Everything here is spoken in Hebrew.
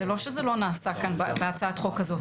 זה לא שזה לא נעשה כאן בהצעת החוק הזאת.